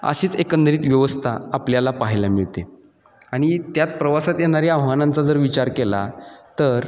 अशीच एकंदरीत व्यवस्था आपल्याला पाहायला मिळते आणि त्यात प्रवासात येणाऱ्या आव्हानांचा जर विचार केला तर